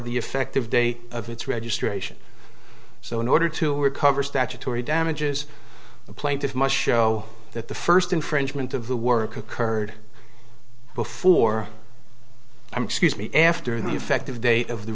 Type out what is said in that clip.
the effective date of its registration so in order to recover statutory damages the plaintiff must show that the first infringement of the work occurred before i'm excuse me after the effective date of the